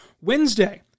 Wednesday